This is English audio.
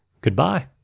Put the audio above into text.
Goodbye